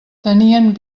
tenien